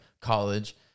college